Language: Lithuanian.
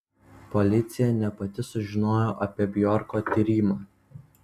policija ne pati sužinojo apie bjorko tyrimą